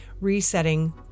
resetting